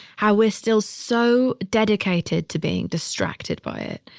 how we're still so dedicated to being distracted by it.